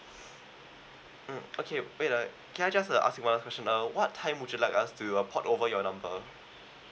mm okay wait ah can I just uh ask you a question uh what time would you like us to uh port over your number